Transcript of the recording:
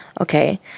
Okay